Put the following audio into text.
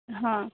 हँ